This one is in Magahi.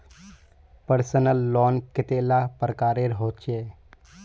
पर्सनल लोन कतेला प्रकारेर होचे?